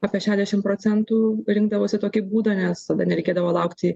apie šešiasdešim procentų rinkdavosi tokį būdą nes tada nereikėdavo laukti